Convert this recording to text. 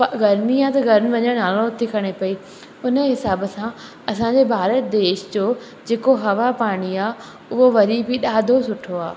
गर्मी आहे त गर्मी वञण जो नालो नथी खणे पई उन हिसाब सां असांजे भारत देश जो जेको हवा पाणी आहे उहो वरी बि ॾाढो सुठो आहे